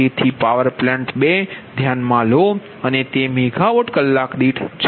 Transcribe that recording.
તેથી power plant બે ધ્યાનમાં લો અને તે મેગાવોટ કલાક દીઠ છે